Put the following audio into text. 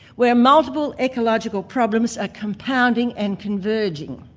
where multiple ecological problems are compounding and converging.